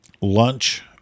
lunch